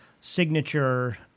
signature